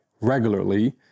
regularly